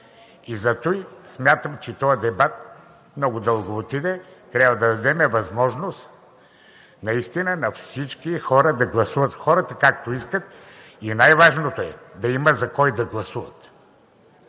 И затова смятам, че този дебат много дълго отиде. Трябва да дадем възможност наистина на всички хора да гласуват както искат и най важното е да има за кого да гласуват!